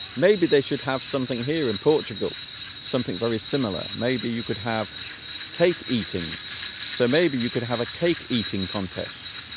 maybe they should have something here in portugal something very similar maybe you could have cake eating so maybe you could have a cake eating contest